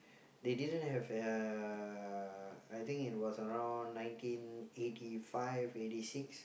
they didn't have uh I think it was around nineteen eighty five eighty six